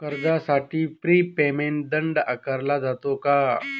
कर्जासाठी prepayment दंड आकारला जातो का?